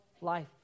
life